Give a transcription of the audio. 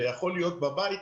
ויכול להיות בבית,